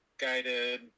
guided